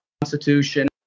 constitution